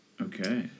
Okay